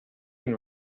and